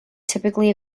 typically